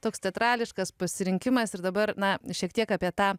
toks teatrališkas pasirinkimas ir dabar na šiek tiek apie tą